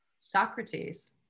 Socrates